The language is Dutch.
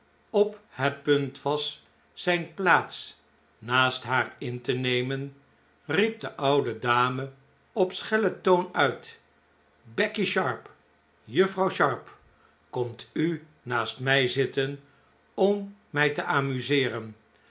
op het punt was zijn plaats naast haar in te nemen riep de oude dame op schellen toon uit becky sharp juffrouw sharp komt u naast mij zitten om mij te amuseeren